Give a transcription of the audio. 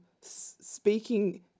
speaking